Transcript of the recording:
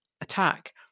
attack